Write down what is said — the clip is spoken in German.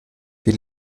wir